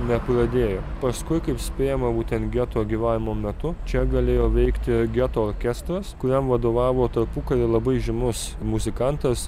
nepradėjo paskui kaip spėjama būtent geto gyvavimo metu čia galėjo veikti geto orkestras kuriam vadovavo tarpukariu labai žymus muzikantas